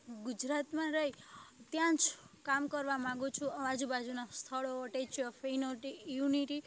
ગુજરાતમાં રહી ત્યાંજ કામ કરવા માંગુ છું આજુબાજુના સ્થળો સ્ટેચ્યૂ યુનો યુનિટી